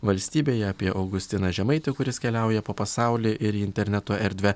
valstybėje apie augustiną žemaitį kuris keliauja po pasaulį ir į interneto erdvę